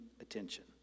attention